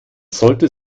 sollte